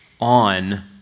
on